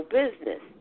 business